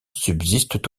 subsistent